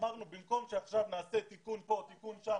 אמרנו, במקום שעכשיו נעשה תיקון פה, תיקון שם,